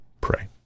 pray